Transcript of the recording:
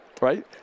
right